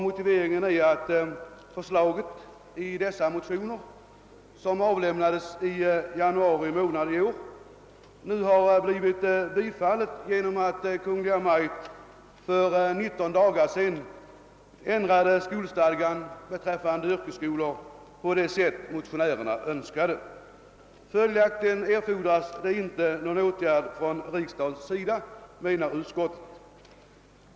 Motiveringen är att det förslag som väckts i dessa motioner — vilka avlämnades i januari månad i år — nu har blivit biträtt genom att Kungl. Maj:t för 19 dagar sedan ändrade skolstadgan beträffande yrkesskolor på det sätt motionärerna önskade. Följaktligen erfordras ingen åtgärd från riksdagens sida, anser utskottet.